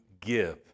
give